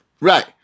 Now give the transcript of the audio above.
Right